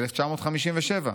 1957,